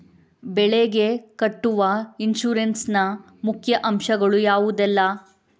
ಬೆಳೆಗೆ ಕಟ್ಟುವ ಇನ್ಸೂರೆನ್ಸ್ ನ ಮುಖ್ಯ ಅಂಶ ಗಳು ಯಾವುದೆಲ್ಲ?